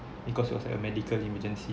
because it was a medical emergency